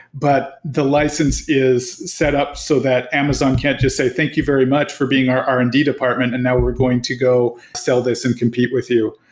but the license is set up so that amazon can't just say, thank you very much for being our r and d department, and now we're going to go sell this and compete with you.